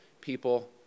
people